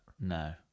No